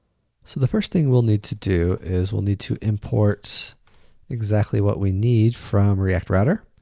so the first thing we'll need to do is we'll need to import exactly what we need from react router.